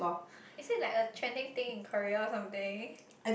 is it like a trending thing in Korea or something